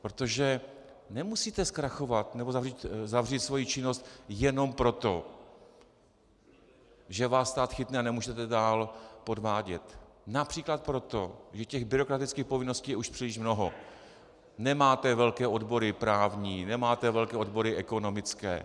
Protože nemusíte zkrachovat nebo zavřít svoji činnost jenom proto, že vás stát chytne a nemůžete dál podvádět, například proto, že těch byrokratických povinností je už příliš mnoho, nemáte velké odbory právní, nemáte velké odbory ekonomické.